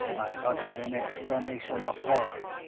i uttered an exclamation of horror.